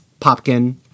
Popkin